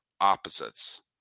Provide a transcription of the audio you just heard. opposites